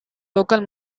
local